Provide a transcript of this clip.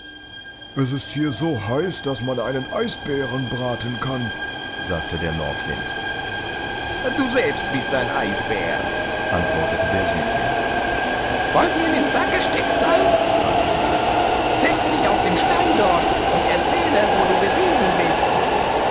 es ist hier so heiß daß man einen eisbären braten kann sagte der nordwind du bist selbst ein eisbär antwortete der südwind wollt ihr in den sack gesteckt sein fragte die alte setze dich auf den stein dort und erzähle wo du gewesen bist